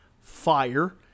fire